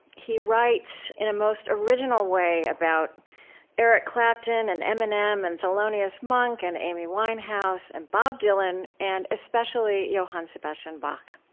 he writes in a most original way about eric clapton, and eminem, and thelonious monk, and amy winehouse, and bob dylan, and especially johann sebastian bach